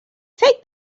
take